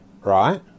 Right